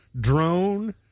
drone